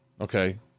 okay